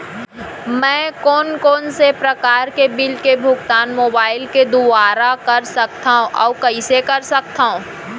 मैं कोन कोन से प्रकार के बिल के भुगतान मोबाईल के दुवारा कर सकथव अऊ कइसे कर सकथव?